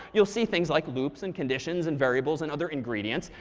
you'll see things like loops and conditions and variables and other ingredients.